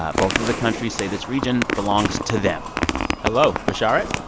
ah both of the countries say this region belongs to them hello, basharat?